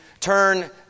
turn